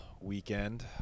weekend